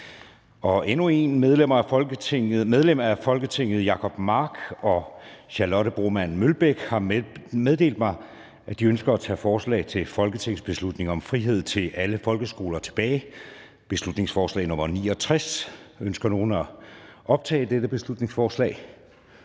ovenfor). Medlemmer af Folketinget Jacob Mark (SF) og Charlotte Broman Mølbæk (SF) har meddelt mig, at de ønsker at tage følgende forslag tilbage: Forslag til folketingsbeslutning om frihed til alle folkeskoler. (Beslutningsforslag nr. B 69). Ønsker nogen at optage dette beslutningsforslag?